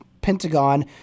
Pentagon